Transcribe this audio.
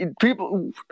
People